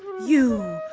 you,